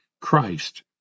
Christ